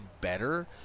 better